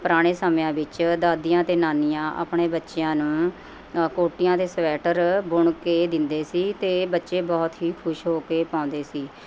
ਪੁਰਾਣੇ ਸਮਿਆਂ ਵਿੱਚ ਦਾਦੀਆਂ ਅਤੇ ਨਾਨੀਆਂ ਆਪਣੇ ਬੱਚਿਆਂ ਨੂੰ ਕੋਟੀਆਂ ਅਤੇ ਸਵੈਟਰ ਬੁਣ ਕੇ ਦਿੰਦੇ ਸੀ ਅਤੇ ਬੱਚੇ ਬਹੁਤ ਹੀ ਖੁਸ਼ ਹੋ ਕੇ ਪਾਉਂਦੇ ਸੀ